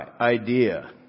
idea